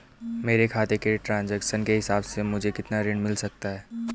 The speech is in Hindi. मेरे खाते के ट्रान्ज़ैक्शन के हिसाब से मुझे कितना ऋण मिल सकता है?